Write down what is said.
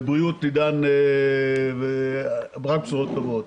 בריאות, עידן, ורק בשורות טובות.